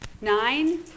Nine